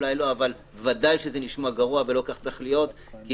אבל ודאי שזה נשמע גרוע ולא כך צריך להיות כי